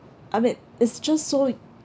I mean it's just so